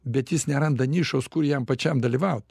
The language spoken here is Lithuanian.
bet jis neranda nišos kur jam pačiam dalyvaut